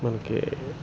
మనకి